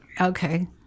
Okay